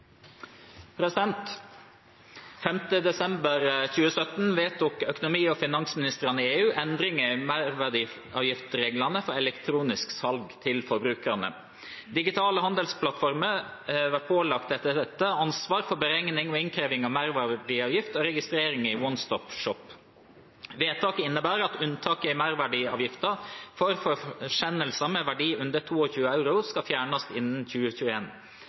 desember 2017 vedtok økonomi- og finansministrene i EU endringer i merverdiavgiftsreglene for elektronisk salg til forbrukere. Digitale handelsplattformer pålegges etter dette ansvar for beregning og innkreving av merverdiavgift og registrering i «One-stop-shop». Vedtaket innebærer at unntaket i